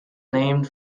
named